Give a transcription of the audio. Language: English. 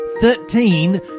Thirteen